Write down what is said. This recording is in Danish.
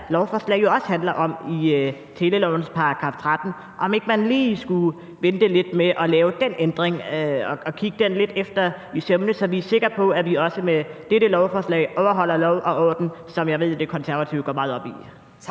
lovforslag jo også handler om, i telelovens § 13, lige skulle vente lidt med at lave den ændring og kigge den lidt efter i sømmene, så vi er sikker på, at vi også med dette lovforslag overholder lov og orden, som jeg ved De Konservative går meget op i.